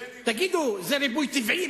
תגידו, זה ריבוי טבעי?